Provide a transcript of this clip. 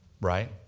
Right